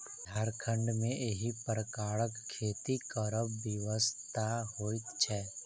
झारखण्ड मे एहि प्रकारक खेती करब विवशता होइत छै